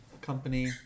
Company